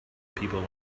people